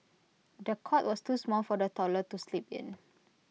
the cot was too small for the toddler to sleep in